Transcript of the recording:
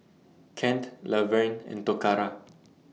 Kent Laverne and Toccara